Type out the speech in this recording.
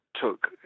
took